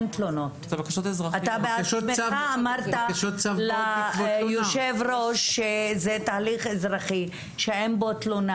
אתה בעצמך אמרת ליושב-ראש שזה תהליך אזרחי שאין בו תלונה,